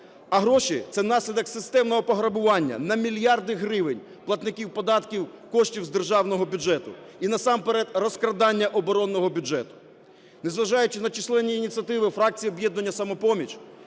А гроші – це наслідок системного пограбування на мільярди гривень платників податків коштів з державного бюджету, і насамперед розкрадання оборонного бюджету. Незважаючи на численні ініціативи фракції "Об'єднання "Самопоміч",